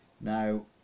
Now